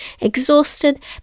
exhausted